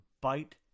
bite